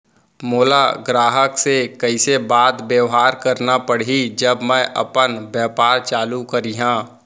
मोला ग्राहक से कइसे बात बेवहार करना पड़ही जब मैं अपन व्यापार चालू करिहा?